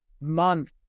month